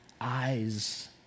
eyes